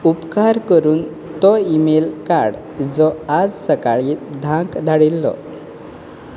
उपकार करून तो ईमेल काड जो आज सकाळी धांक धाडिल्लो